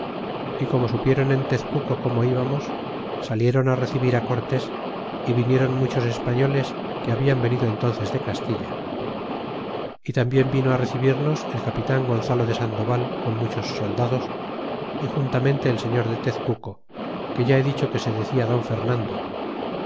y como supieron en fezcuco como íbamos salieron á recibir á cortes é vinieron muchos españoles que hablan venido entnces de castilla y tambien vino á recibirnos el capitan gonzalo de sandoval con muchos soldados y juntamente el señor de tezcuco que ya he dicho que se decía don fernando